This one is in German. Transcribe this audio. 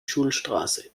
schulstraße